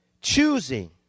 choosing